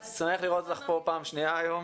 אני שמח לראות אותך כאן פעם שנייה היום.